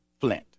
Flint